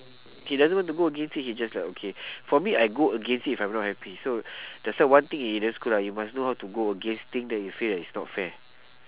he doesn't want to go against it he just like okay for me I go against it if I'm not happy so that's why one thing eden screw up you must know how to go against thing that you feel that is not fair